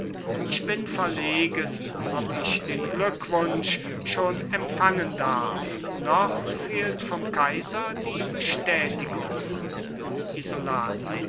ich bin verlegen ob ich den glückwunsch schon empfangen darf noch fehlt vom kaiser die bestätigung isolani